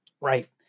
right